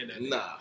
Nah